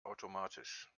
automatisch